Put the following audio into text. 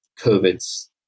COVID's